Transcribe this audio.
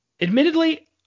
Admittedly